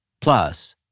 Plus